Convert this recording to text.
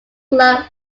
club